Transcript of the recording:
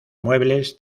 muebles